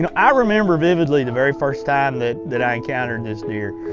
and i remember vividly the very first time that that i encountered this deer.